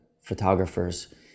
photographers